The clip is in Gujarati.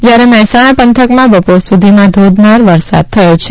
જ્યારે મહેસાણા પંથકમાં બપોર સુધીમાં ધોધમાર વરસાદ થયો છે